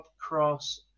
cross